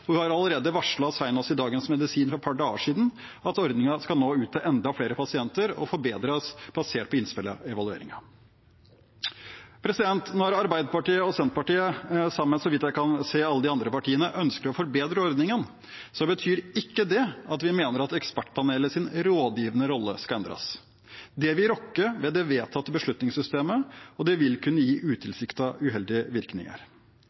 og hun har allerede varslet, senest i Dagens Medisin for et par dager siden, at ordningen skal nå ut til enda flere pasienter og forbedres basert på innspill fra evalueringen. Når Arbeiderpartiet og Senterpartiet sammen med, så vidt jeg kan se, alle de andre partiene ønsker å forbedre ordningen, betyr ikke det at vi mener at Ekspertpanelets rådgivende rolle skal endres. Det vil rokke ved det vedtatte beslutningssystemet, og det vil kunne gi utilsiktede, uheldige virkninger.